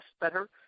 better